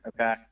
Okay